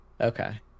Okay